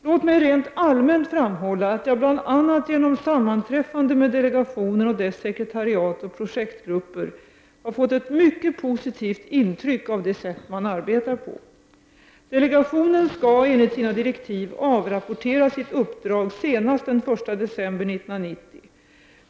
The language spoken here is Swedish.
Låt mig rent allmänt framhålla att jag bl.a. genom sammanträffande med delegationen och dess sekretariat och projektgrupper har fått ett mycket positivt intryck av det sätt som man arbetar på. Delegationen skall enligt sina direktiv avrapportera sitt uppdrag senast den 1 december 1990.